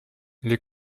les